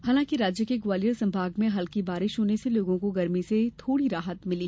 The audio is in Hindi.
हालांकि राज्य के ग्वालियर संभाग में हल्की बारिश होने से लोगों को गरमी से थोड़ी राहत मिली